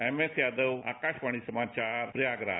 MS Yadav Akashvani समाचार प्रयागराज